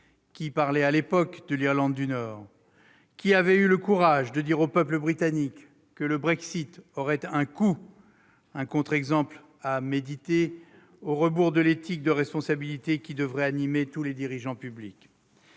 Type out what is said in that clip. Qui parlait à l'époque de l'Irlande du Nord ? Qui avait eu le courage de dire au peuple britannique que le Brexit aurait un coût ? C'est un contre-exemple à méditer, au rebours de l'éthique de responsabilité qui devrait animer tous les dirigeants publics.